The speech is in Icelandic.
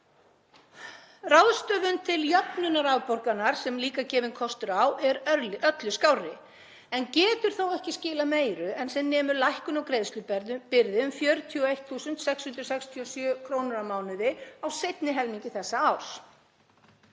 Ráðstöfun til jöfnunar afborgana, sem er líka gefinn kostur á, er öllu skárri en getur þó ekki skilað meiru en sem nemur lækkun á greiðslubyrði um 41.667 kr. á mánuði á seinni helmingi þessa árs.